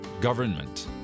government